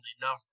number